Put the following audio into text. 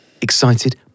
Excited